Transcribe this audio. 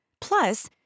Plus